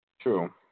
true